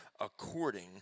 according